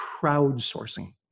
crowdsourcing